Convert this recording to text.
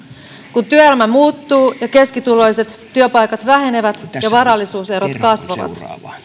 kun työelämä muuttuu ja keskituloiset työpaikat vähenevät ja varallisuuserot kasvavat